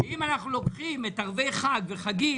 אם אנחנו לוקחים ערבי חג וחגים,